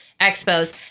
expos